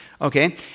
Okay